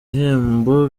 ibihembo